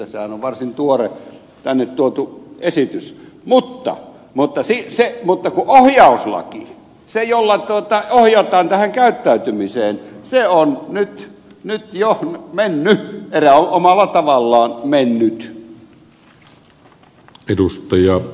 sehän on varsin tuore tänne tuotu esitys mutta ohjauslaki se jolla ohjataan tähän käyttäytymiseen se on nyt jo mennyt omalla tavallaan mennyt